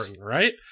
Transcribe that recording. right